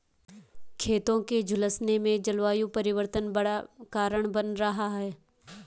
खेतों के झुलसने में जलवायु परिवर्तन बड़ा कारण बन रहा है